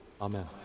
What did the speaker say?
Amen